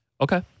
Okay